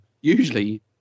usually